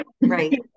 right